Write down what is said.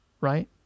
Right